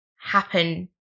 happen